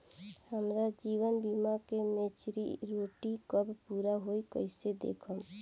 हमार जीवन बीमा के मेचीयोरिटी कब पूरा होई कईसे देखम्?